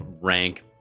rank